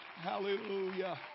Hallelujah